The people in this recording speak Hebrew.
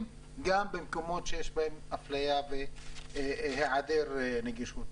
גם במקומות בהם יש אפליה והיעדר נגישות.